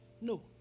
No